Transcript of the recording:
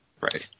Right